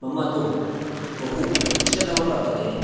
मम तु बहु इष्टतमं वर्तते